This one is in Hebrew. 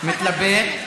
מתלבט.